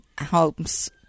homes